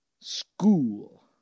school